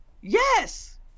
Yes